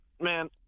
man